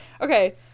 Okay